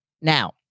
Now